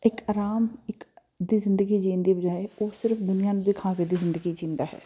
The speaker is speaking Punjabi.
ਇੱਕ ਆਰਾਮ ਇੱਕ ਦੀ ਜ਼ਿੰਦਗੀ ਜੀਣ ਦੀ ਬਜਾਏ ਉਹ ਸਿਰਫ ਦੁਨੀਆਂ ਨੂੰ ਦਿਖਾਵੇ ਦੀ ਜ਼ਿੰਦਗੀ ਜੀਂਦਾ ਹੈ